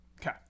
Okay